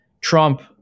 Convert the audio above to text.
Trump